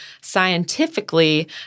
scientifically